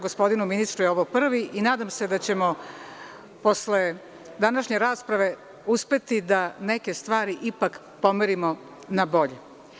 Gospodinu ministru je ovo prvi i nadam se da ćemo posle današnje rasprave uspeti da neke stvari ipak pomerimo na bolje.